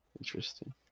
Interesting